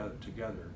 together